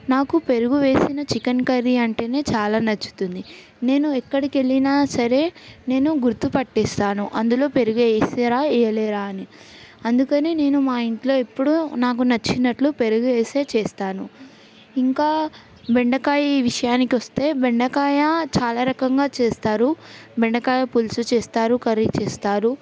నాకు పెరుగు వేసిన చికెన్ కర్రీ అంటేనే చాలా నచ్చుతుంది నేను ఎక్కడికి వెళ్ళినా సరే నేను గుర్తుపట్టేస్తాను అందులో పెరిగే వేసారా వేయలేదా అని అందుకని నేను మా ఇంట్లో ఎప్పుడూ నాకు నచ్చినట్లు పెరుగు ఏసే చేస్తాను ఇంకా బెండకాయ విషయానికి వస్తే బెండకాయ చాలా రకంగా చేస్తారు బెండకాయ పులుసు చేస్తారు కర్రీ చేస్తారు